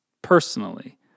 Personally